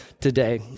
today